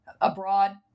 abroad